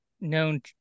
known